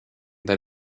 that